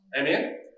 Amen